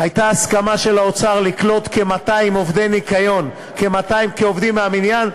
הייתה הסכמה של האוצר לקלוט כ-200 עובדי ניקיון כעובדים מן המניין?